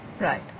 Right